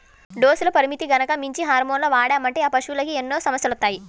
డోసుల పరిమితికి గనక మించి హార్మోన్లను వాడామంటే ఆ పశువులకి ఎన్నో సమస్యలొత్తాయి